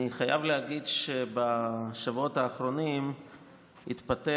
אני חייב להגיד שבשבועות האחרונים התפתח